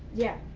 yeah.